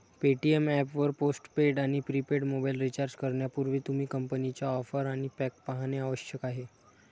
Paytm app वर postpaid आणि prepaid mobile recharge करण्यापूर्वी, तुम्ही कंपनीच्या ऑफर आणि पॅक पाहणे आवश्यक आहे